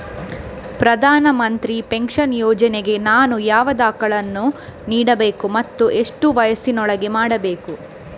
ಪ್ರಧಾನ ಮಂತ್ರಿ ಪೆನ್ಷನ್ ಯೋಜನೆಗೆ ನಾನು ಯಾವ ದಾಖಲೆಯನ್ನು ನೀಡಬೇಕು ಮತ್ತು ಎಷ್ಟು ವಯಸ್ಸಿನೊಳಗೆ ಮಾಡಬೇಕು?